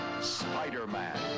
Spider-Man